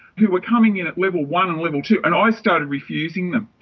who are coming in at level one and level two, and i started refusing them,